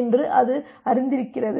என்று அது அறிந்திருக்கிறது